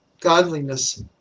godliness